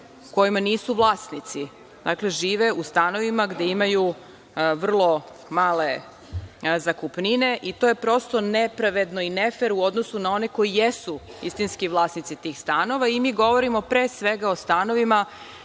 kojima nisu vlasnici, dakle, žive u stanovima gde imaju vrlo male zakupnine i to je prosto nepravedno i nefer u odnosu na one koji jesu istinski vlasnici tih stanova. Govorimo, pre svega, o stanovima